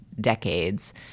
decades